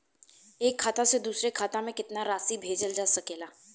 एक खाता से दूसर खाता में केतना राशि भेजल जा सके ला?